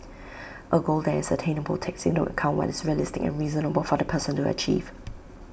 A goal that is attainable takes into account what is realistic and reasonable for the person to achieve